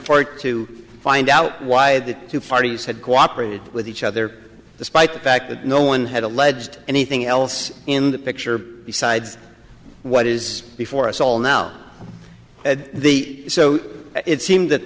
court to find out why the two parties had cooperated with each other despite the fact that no one had alleged anything else in the picture besides what is before us all now the so it seemed that